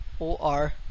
O-R